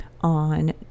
on